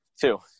Two